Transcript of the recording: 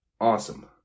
awesome